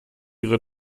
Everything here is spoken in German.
ihre